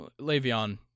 Le'Veon